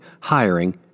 hiring